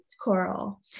Coral